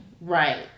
Right